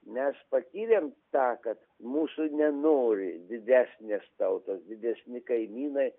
mes patyrėm tą kad mūsų nenori didesnės tautos didesni kaimynai